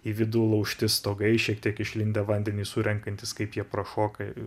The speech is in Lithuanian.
į vidų laužti stogai šiek tiek išlindę vandenį surenkantys kaip jie prašoka